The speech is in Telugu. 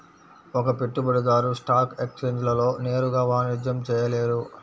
ఒక పెట్టుబడిదారు స్టాక్ ఎక్స్ఛేంజ్లలో నేరుగా వాణిజ్యం చేయలేరు